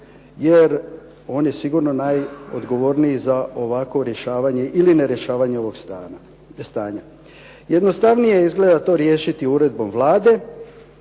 jer on je sigurno najodgovorniji za ovakvo rješavanje ili nerješavanje ovog stanja. Jednostavnije je izgleda to riješiti uredbom Vlade,